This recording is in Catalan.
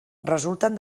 resulten